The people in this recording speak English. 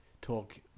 talk